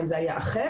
האם זה היה אחר.